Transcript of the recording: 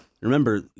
Remember